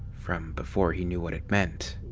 from before he knew what it meant.